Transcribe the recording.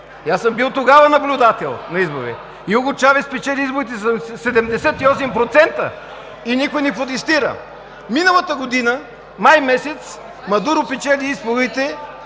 аз съм бил тогава наблюдател на избори. Уго Чавес спечели изборите със 78% и никой не протестира. Миналата година през месец май Мадуро печели изборите